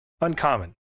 uncommon